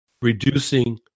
reducing